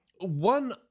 One